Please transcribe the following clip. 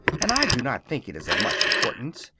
and i do not think it is of much importance.